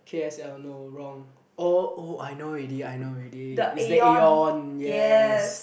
K_S_L no wrong orh oh I know already I know already it's the Aeon yes